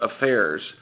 affairs